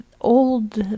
old